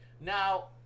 Now